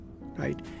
right